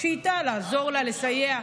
לעזור לה, לסייע.